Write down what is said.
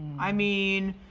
i mean,